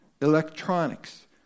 electronics